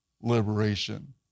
liberation